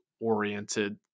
oriented